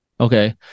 Okay